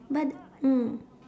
but mm